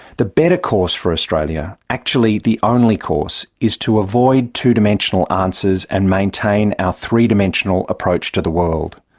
the better course for australia actually, the only course is to avoid two-dimensional answers and maintain our three-dimensional approach to the world.